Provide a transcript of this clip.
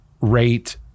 rate